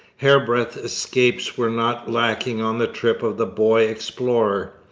hairbreadth escapes were not lacking on the trip of the boy explorer.